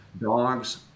dogs